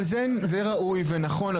אבל זה ראוי ונכון,